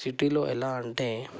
సిటీలో ఎలా అంటే